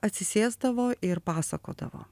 atsisėsdavo ir pasakodavo